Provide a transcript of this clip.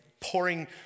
pouring